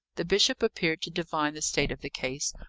the bishop appeared to divine the state of the case,